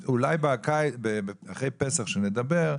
אולי אחרי פסח כשנדבר,